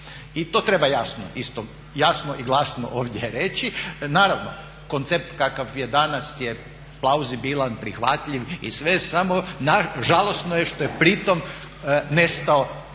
i to treba jasno i glasno ovdje reći. Naravno, koncept kakav je danas je klauzibilan, prihvatljiv i sve samo žalosno je što je pritom nestao